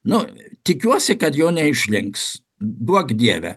nu tikiuosi kad jo neišrinks duok dieve